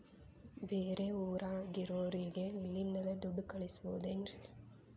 ಬೇರೆ ಊರಾಗಿರೋರಿಗೆ ಇಲ್ಲಿಂದಲೇ ದುಡ್ಡು ಕಳಿಸ್ಬೋದೇನ್ರಿ?